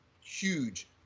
huge